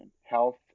health